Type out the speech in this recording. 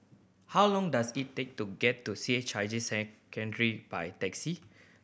how long does it take to get to C H I J Secondary by taxi